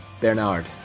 Bernard